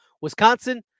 Wisconsin